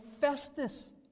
Festus